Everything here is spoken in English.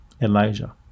Elijah